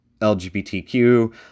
LGBTQ